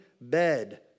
bed